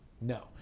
no